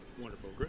Wonderful